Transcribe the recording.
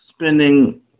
spending